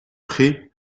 prés